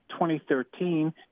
2013